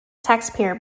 taxpayer